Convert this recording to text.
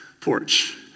porch